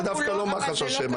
זה דווקא לא מח"ש אשמה,